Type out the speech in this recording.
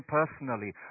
personally